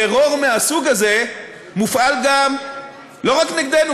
טרור מהסוג הזה מופעל לא רק נגדנו,